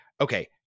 okay